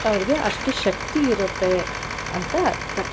ಅವ್ರಿಗೆ ಅಷ್ಟು ಶಕ್ತಿ ಇರುತ್ತೆ ಅಂತ ಅರ್ಥ